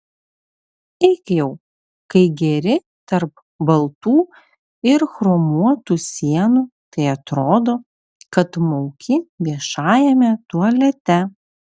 eik jau kai geri tarp baltų ir chromuotų sienų tai atrodo kad mauki viešajame tualete